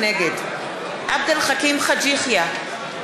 נגד עבד אל חכים חאג' יחיא,